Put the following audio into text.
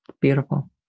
Beautiful